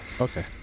Okay